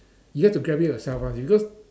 you have to grab it yourself one because